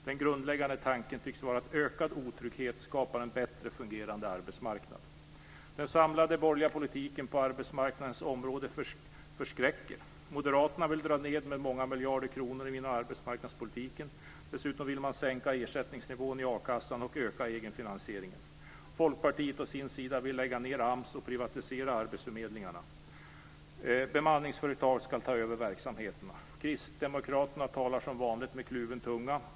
Den grundläggande tanken tycks vara att ökad otrygghet skapar en bättre fungerande arbetsmarknad. Den samlade borgerliga politiken på arbetsmarknadens område förskräcker. Moderaterna vill dra ned med många miljarder kronor inom arbetsmarknadspolitiken. Dessutom vill man sänka ersättningsnivån i a-kassan och öka egenfinansieringen. Folkpartiet å sin sida vill lägga ned AMS och privatisera arbetsförmedlingarna. Bemanningsföretag ska ta över verksamheterna. Kristdemokraterna talar som vanligt med kluven tunga.